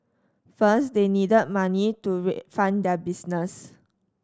first they needed money to refund their business